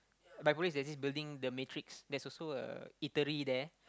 Biopolis there's this building the Matrix there's also a eatery there